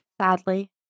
Sadly